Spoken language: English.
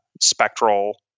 spectral